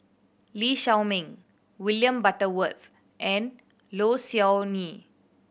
Lee Shao Meng William Butterworth and Low Siew Nghee